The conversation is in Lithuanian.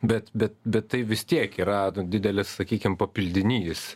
bet bet bet tai vis tiek yra didelis sakykim papildinys